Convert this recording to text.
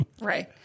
Right